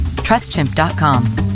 trustchimp.com